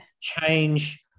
change